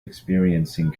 experiencing